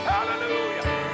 Hallelujah